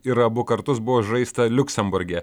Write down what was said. ir abu kartus buvo žaista liuksemburge